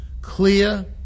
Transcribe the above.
clear